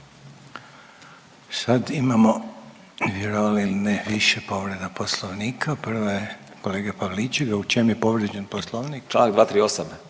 Sad imamo vjerovali ili ne više povreda poslovnika, prva je kolega Pavliček. U čem je povrijeđen poslovnik? **Pavliček,